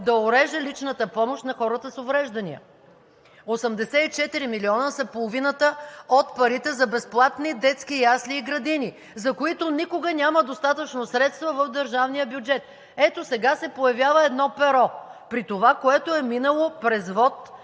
да ореже личната помощ на хората с увреждания. 84 млн. лв. са половината от парите за безплатни детски ясли и градини, за които никога няма достатъчно средства в държавния бюджет. Ето сега се появява едно перо, при това е минало през вот,